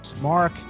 Mark